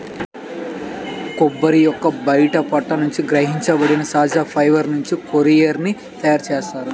కొబ్బరి యొక్క బయటి పొట్టు నుండి సంగ్రహించబడిన సహజ ఫైబర్ నుంచి కోయిర్ ని తయారు చేస్తారు